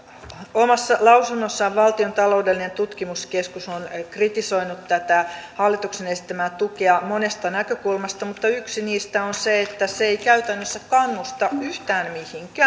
omassa lausunnossaan valtion taloudellinen tutkimuskeskus on kritisoinut tätä hallituksen esittämää tukea monesta näkökulmasta mutta yksi niistä on se että se ei käytännössä kannusta yhtään mihinkään